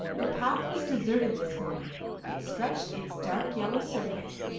the path was deserted this morning it stretched its dark yellow surface,